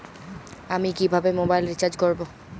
আমি কিভাবে mobile recharge করব?